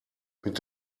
mit